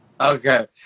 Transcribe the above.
Okay